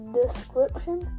description